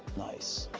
nice.